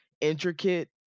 intricate